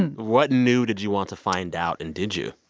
and what new did you want to find out and did you?